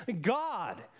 God